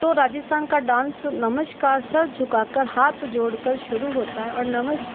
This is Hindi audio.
तो राजस्थान का डांस नमस्कार सिर झुका कर हाथ जोड़कर शुरू होता है और नमस्कार